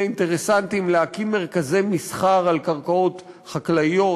אינטרסנטים להקים מרכזי מסחר על קרקעות חקלאיות,